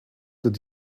did